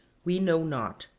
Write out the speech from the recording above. we know not.